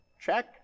check